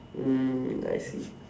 mm I see